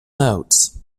notes